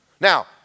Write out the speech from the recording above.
Now